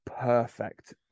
perfect